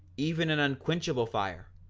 even an unquenchable fire.